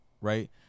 right